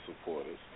supporters